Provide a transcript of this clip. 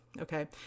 okay